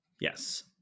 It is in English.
yes